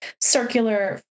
circular